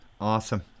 Awesome